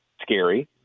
scary